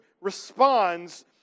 responds